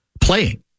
playing